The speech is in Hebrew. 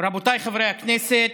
רבותיי חברי הכנסת,